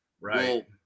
right